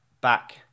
back